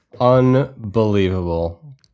Unbelievable